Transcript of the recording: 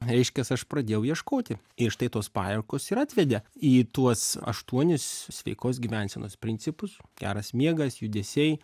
reiškias aš pradėjau ieškoti ir štai tos paieškos ir atvedė į tuos aštuonis sveikos gyvensenos principus geras miegas judesiai